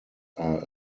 are